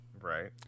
Right